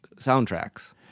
soundtracks